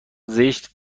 زشت